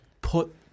put